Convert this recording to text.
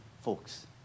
Folks